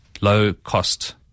low-cost